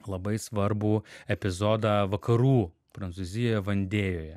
labai svarbų epizodą vakarų prancūzijoje vandėjoje